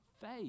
faith